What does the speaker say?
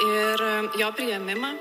ir jo priėmimą